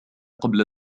قبل